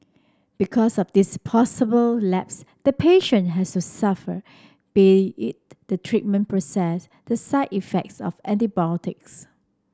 because of this possible lapse the patient has to suffer be it the treatment process the side effects of antibiotics